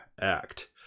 act